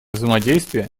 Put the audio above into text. взаимодействия